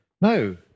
No